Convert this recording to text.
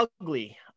ugly